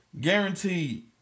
Guaranteed